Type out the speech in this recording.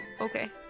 Okay